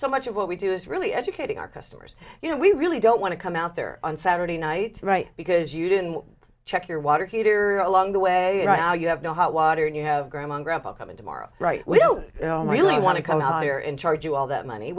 so much of what we do is really educating our customers you know we really don't want to come out there on saturday night right because you didn't check your water heater along the way right now you have no hot water and you have grandma grandpa coming tomorrow right we'll you know really want to come home you're in charge of all that money